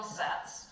sets